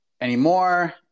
anymore